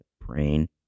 brain